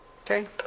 Okay